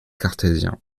cartésien